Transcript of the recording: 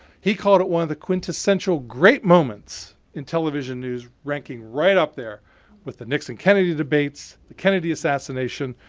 he called it one of the quintessential great moments in television news ranking, right up there with the nixon kennedy debates, the kennedy assassination,